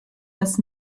das